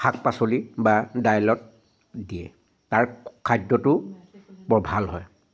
শাক পাচলি বা দাইলত দিয়ে তাৰ খাদ্যটো বৰ ভাল হয়